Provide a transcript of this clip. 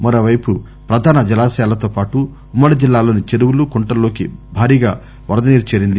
మరోవైపు ప్రధాన జలాశయాలతో పాటు ఉమ్మడి జిల్లా లోని చెరువులు కుంటల్లోకి భారీగా వరద నీరు చేరింది